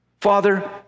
Father